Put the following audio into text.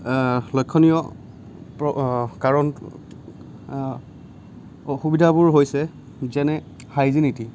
লক্ষ্য়ণীয় প্ৰ কাৰণ অসুবিধাবোৰ হৈছে যেনে হাইজেনেটি